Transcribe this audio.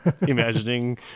imagining